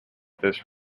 this